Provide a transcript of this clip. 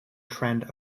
trend